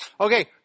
Okay